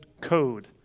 code